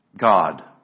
God